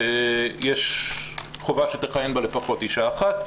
יש חובה שתכהן בה לפחות אישה אחת.